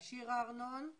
שירה ארנון.